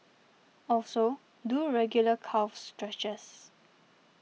also do regular calf stretches